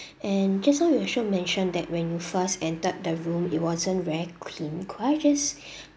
and just now you also mentioned that when you first entered the room it wasn't very clean could I just